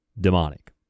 demonic